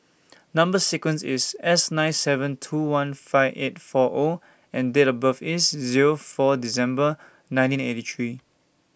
Number sequence IS S nine seven two one five eight four O and Date of birth IS Zero four December nineteen eighty three